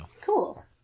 Cool